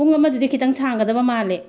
ꯄꯨꯡ ꯑꯃꯗꯨꯗꯤ ꯈꯤꯛꯇꯪ ꯁꯥꯡꯒꯗꯕ ꯃꯥꯜꯂꯦ